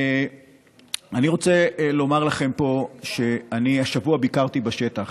אני רוצה לומר לכם פה שהשבוע ביקרתי בשטח,